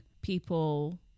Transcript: people